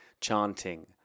chanting